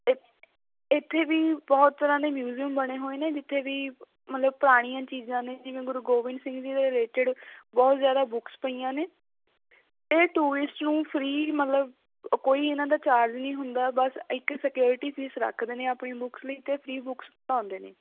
ਏ ਇੱਥੇ ਵੀ ਬਹੁਤ ਤਰ੍ਹਾਂ ਦੇ ਮਿਊਜ਼ੀਅਮ ਬਣੇ ਹੋਏ ਨੇ ਜਿੱਥੇ ਵੀ ਮਤਲਬ ਪੁਰਾਣੀਆਂ ਚੀਜ਼ਾਂ ਨੇ ਜਿਵੇਂ ਗੁਰੂ ਗੋਬਿੰਦ ਸਿੰਘ ਜੀ ਦੇ ਰਿਲੇਟਿਡ ਬਹੁਤ ਜ਼ਿਆਦਾ ਬੁੱਕਸ ਪਈਆਂ ਨੇ ਇਹ ਟੂਰਿਸਟ ਨੂੰ ਫਰੀ ਮਤਲਬ ਕੋਈ ਇਹਨਾਂ ਦਾ ਚਾਰਜ ਨਹੀਂ ਹੁੰਦਾ ਬਸ ਇੱਕ ਸਕਿਓਰਟੀ ਫੀਸ ਰੱਖਦੇ ਨੇ ਆਪਣੀ ਬੁੱਕਸ ਲਈ ਅਤੇ ਫਰੀ ਬੁੱਕਸ ਪੜ੍ਹਾਉਂਦੇ ਨੇ